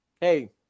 hey